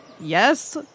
Yes